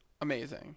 amazing